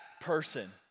person